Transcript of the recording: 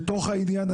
בתוך העניין,